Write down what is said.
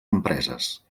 empreses